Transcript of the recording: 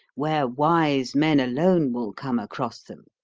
where wise men alone will come across them?